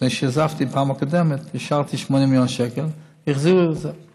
לפני שעזבתי בפעם הקודמת השארתי 8 מיליון שקל והחזירו את זה,